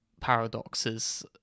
paradoxes